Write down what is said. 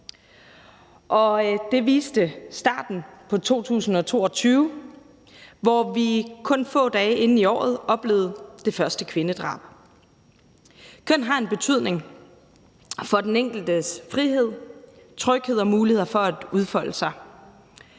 Det viste starten på 2022 også, hvor vi kun få dage inde i året oplevede det første kvindedrab. Køn har en betydning for den enkeltes frihed, tryghed og muligheder for at udfolde sig,